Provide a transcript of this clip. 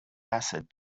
acid